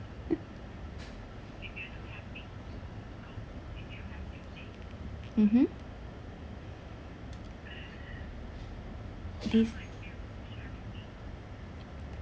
mmhmm this